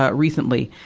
ah recently.